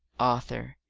arthur,